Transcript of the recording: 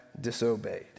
disobeyed